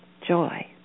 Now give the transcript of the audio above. joy